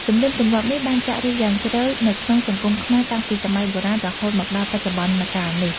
ទំនៀមទម្លាប់នេះបានចាក់ឫសយ៉ាងជ្រៅនៅក្នុងសង្គមខ្មែរតាំងពីសម័យបុរាណរហូតមកដល់បច្ចុប្បន្នកាលនេះ។